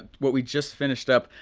what we just finished up,